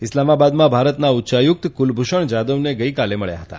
ઇસ્લામાબાદમાં ભારતના ઉચ્યાયુક્ત કુલભૂષણ જાધવને ગઇકાલે મબ્યા હતા